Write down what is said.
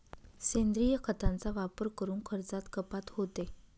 सेंद्रिय खतांचा वापर करून खर्चात कपात होते